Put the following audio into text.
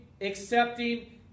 accepting